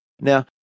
Now